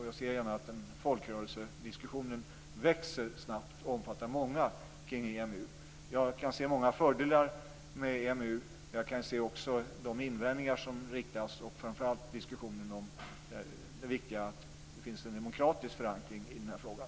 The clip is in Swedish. Jag ser gärna att folkrörelsediskussionen kring EMU växer snabbt och omfattar många. Jag kan se många fördelar med EMU. Jag kan också se de invändningar som riktas mot EMU. Det gäller framför allt diskussionen om att det skall finnas en demokratisk förankring i frågan.